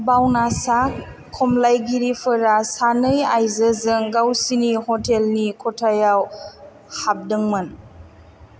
बावनासा खमलायगिरिफोरा सानै आइजोजों गावसोरनि हटेलनि खथायाव हाबदोंमोन